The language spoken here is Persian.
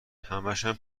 همشم